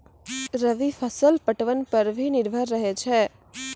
रवि फसल पटबन पर भी निर्भर रहै छै